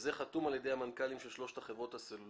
וזה חתום על ידי המנכ"לים של שלוש החברות הסלולריות,